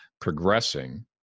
progressing